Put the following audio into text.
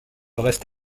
reste